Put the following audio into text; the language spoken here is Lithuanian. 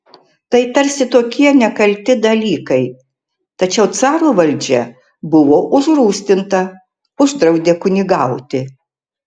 tai tarsi tokie nekalti dalykai tačiau caro valdžia buvo užrūstinta uždraudė kunigauti